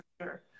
sure